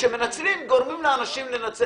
יש גם מי שמנצלים, גורמים לאנשים לנצל.